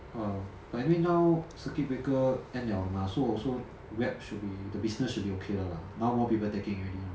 uh but anyway now circuit breaker end 了了嘛 also Grab should be the business should be okay 了啦 now more people taking already